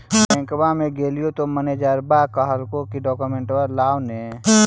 बैंकवा मे गेलिओ तौ मैनेजरवा कहलको कि डोकमेनटवा लाव ने?